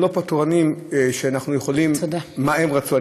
אנחנו לא פטרונים שאנחנו יכולים לדעת מה הם רצו,